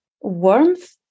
warmth